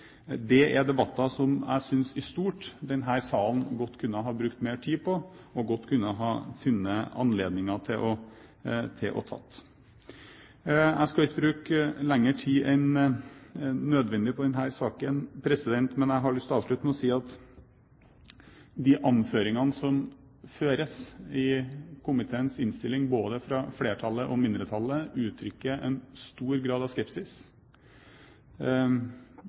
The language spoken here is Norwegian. Det er debatter som jeg synes er store, og som denne salen godt kunne ha brukt mer tid på og funnet anledninger til å ta. Jeg skal ikke bruker lengre tid enn nødvendig på denne saken. Men jeg har lyst til å avslutte med å si at anføringene i komiteens innstilling, både fra flertallet og mindretallet, uttrykker en stor grad av skepsis.